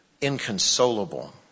inconsolable